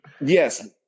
yes